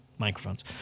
microphones